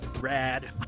rad